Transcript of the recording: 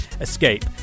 escape